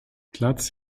platz